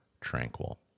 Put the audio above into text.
tranquil